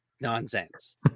nonsense